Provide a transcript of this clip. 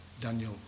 Daniel